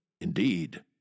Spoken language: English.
Indeed